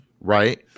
Right